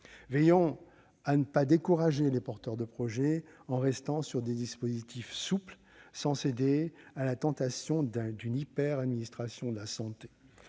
Veillons à ne pas décourager les porteurs de projets en gardant des dispositifs souples, sans céder à la tentation d'une hyperadministration de la santé.